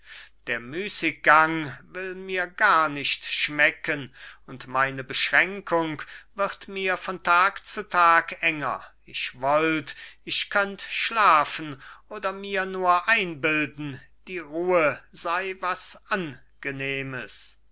der müßiggang will mir gar nicht schmecken und meine beschränkung wird mir von tag zu tag enger ich wollt ich könnt schlafen oder mir nur einbilden die ruhe sei was angenehmes